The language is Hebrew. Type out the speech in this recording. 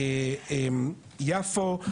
יפו,